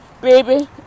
baby